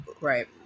right